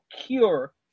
cure